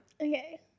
Okay